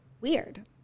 weird